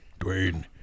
Dwayne